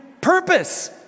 purpose